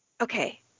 Okay